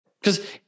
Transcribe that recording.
Because-